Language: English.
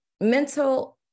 mental